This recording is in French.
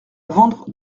vendre